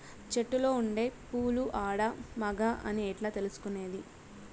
చెట్టులో ఉండే పూలు ఆడ, మగ అని ఎట్లా తెలుసుకునేది?